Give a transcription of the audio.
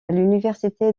l’université